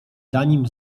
zanim